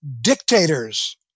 Dictators